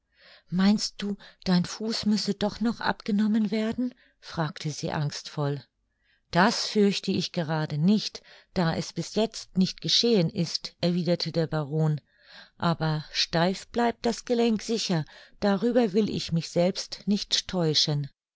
meinst du dein fuß müsse doch noch abgenommen werden fragte sie angstvoll das fürchte ich gerade nicht da es bis jetzt nicht geschehen ist erwiderte der baron aber steif bleibt das gelenk sicher darüber will ich mich selbst nicht täuschen